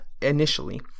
initially